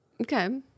Okay